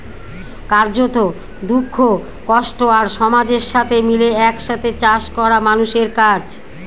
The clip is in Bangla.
কার্যত, দুঃখ, কষ্ট আর সমাজের সাথে মিলে এক সাথে চাষ করা মানুষের কাজ